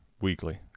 weekly